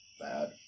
bad